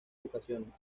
ocasiones